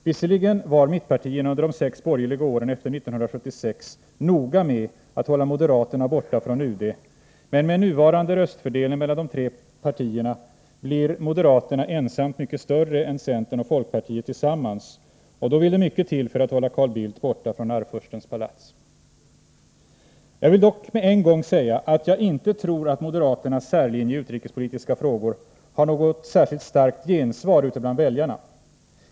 Visserligen var mittpartierna under de sex borgerliga åren efter 1976 noga med att hålla moderaterna borta från utrikesdepartementet, men med nuvarande röstfördelning mellan de tre partierna blir moderaterna ensamma mycket större än centern och folkpartiet tillsammans, och då vill det mycket till för att hålla Carl Bildt borta från Arvfurstens palats. Jag vill dock med en gång säga att jag inte tror att moderaternas särlinje i utrikespolitiska frågor får något särskilt starkt gensvar ute bland väljarna.